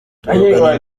tuvugana